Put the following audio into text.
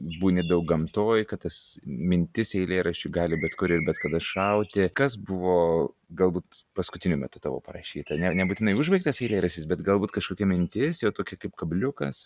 būni daug gamtoj kad tas mintis eilėraščių gali bet kur ir bet kada šauti kas buvo galbūt paskutiniu metu tavo parašyta nebūtinai užbaigtas eilėraštis bet galbūt kažkokia mintis jo tokia kaip kabliukas